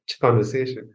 conversation